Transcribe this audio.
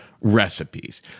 recipes